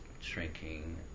shrinking